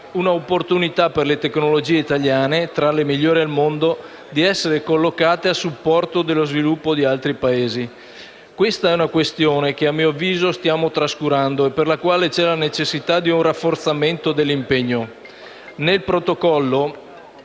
un'opportunità per le tecnologie italiane, tra le migliori al mondo, di essere collocate a supporto dello sviluppo di altri Paesi. Questa è una questione che, a mio avviso, stiamo trascurando e per la quale c'è la necessità di un rafforzamento dell'impegno. Nel protocollo